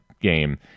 game